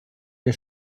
wir